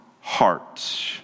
heart